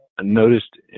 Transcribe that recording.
noticed